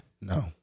no